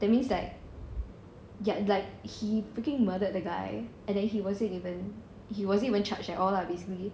that means like ya like he freaking murdered that guy and then he wasn't even he wasn't even charged at all lah